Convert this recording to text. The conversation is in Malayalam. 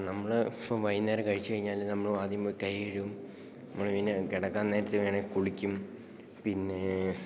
നമ്മള് ഇപ്പോള് വൈകുന്നേരം കഴിച്ചുകഴിഞ്ഞാല് നമ്മള് ആദ്യം പോയി കൈ കഴുകും നമ്മള് പിന്നെ കിടക്കാന് നേരത്ത് വേണമെങ്കില് കുളിക്കും പിന്നെ